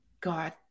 God